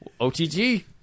OTG